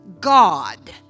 God